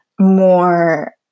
more